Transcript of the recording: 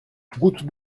route